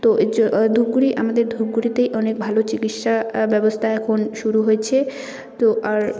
তো এর ধূপগুড়ি আমাদের ধূপগুড়িতেই অনেক ভালো চিকিৎসা ব্যবস্থা এখন শুরু হয়েছে তো আর